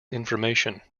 information